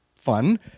fun